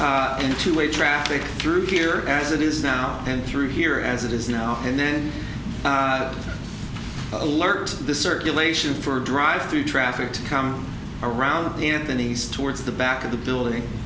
in two way traffic through here as it is now and through here as it is now and then alert the circulation for a drive through traffic to come around anthony's towards the back of the building